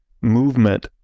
movement